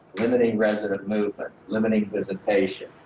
limiting resident movements, limiting visitation.